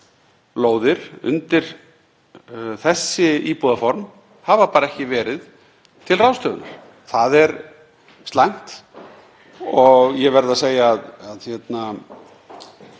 lóðir undir þessi íbúðaform hafa ekki verið til ráðstöfunar. Það er slæmt. Og ég verð að segja að bara það að